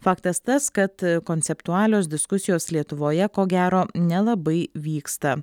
faktas tas kad konceptualios diskusijos lietuvoje ko gero nelabai vyksta